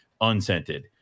unscented